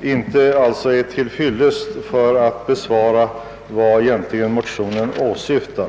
inte ordentligt klargör vad det är motionärerna åsyftar.